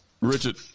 richard